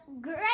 great